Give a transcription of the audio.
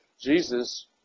Jesus